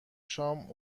شام